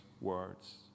words